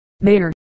Mayor